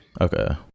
okay